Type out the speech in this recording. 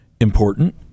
important